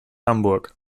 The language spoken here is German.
hamburg